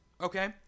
Okay